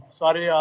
sorry